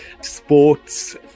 sports